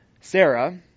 Sarah